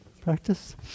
practice